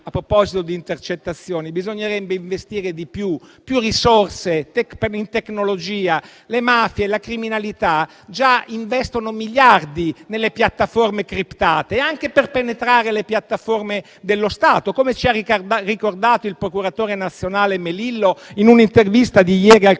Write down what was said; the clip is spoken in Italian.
a proposito di intercettazioni, bisognerebbe investire più risorse in tecnologia: le mafie e la criminalità già investono miliardi nelle piattaforme criptate, anche per penetrare le piattaforme dello Stato, come ci ha ricordato il procuratore nazionale Melillo in un'intervista di ieri al